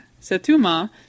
Setuma